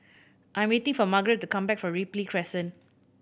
I am waiting for Margaret to come back from Ripley Crescent